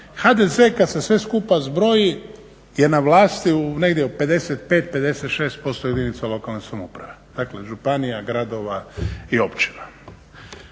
HDZ kada se sve skupa zbroji je na vlasti negdje u 55, 56% jedinice lokalne samouprave, dakle županija, gradova i općina.